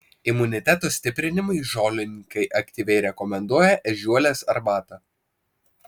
imuniteto stiprinimui žolininkai aktyviai rekomenduoja ežiuolės arbatą